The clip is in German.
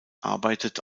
arbeitet